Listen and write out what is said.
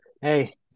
Hey